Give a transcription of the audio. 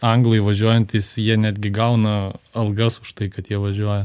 anglai važiuojantys jie netgi gauna algas už tai kad jie važiuoja